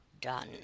done